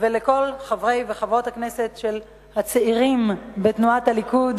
ולכל חברי וחברות הכנסת הצעירים בתנועת הליכוד,